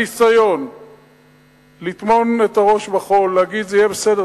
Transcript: הניסיון לטמון את הראש בחול ולהגיד: יהיה בסדר,